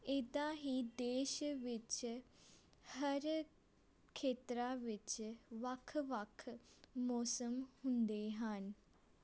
ਇੱਦਾਂ ਹੀ ਦੇਸ਼ ਵਿੱਚ ਹਰ ਖੇਤਰਾਂ ਵਿੱਚ ਵੱਖ ਵੱਖ ਮੌਸਮ ਹੁੰਦੇ ਹਨ